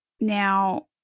Now